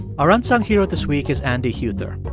our unsung hero this week is andy huether.